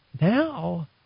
Now